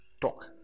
Talk